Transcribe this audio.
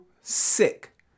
sick